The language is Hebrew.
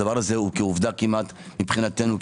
הדבר הזה הוא מבחינתנו כעובדה,